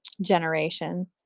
generation